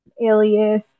alias